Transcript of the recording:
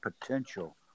potential